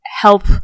help